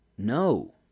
No